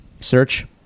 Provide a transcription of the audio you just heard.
search